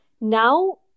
Now